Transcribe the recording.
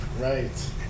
Right